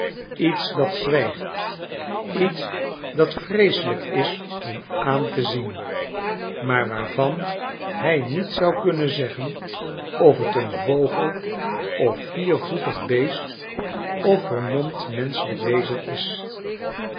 iets dat zwijgt iets dat vreeselijk is om aan te zien maar waarvan hij niet zou kunnen zeggen of t een vogel of viervoetig beest of vermomd menschelijk wezen is